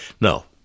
No